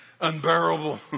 Unbearable